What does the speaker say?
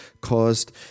caused